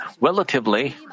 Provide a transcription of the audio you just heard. relatively